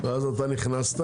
ואז אתה נכנסת.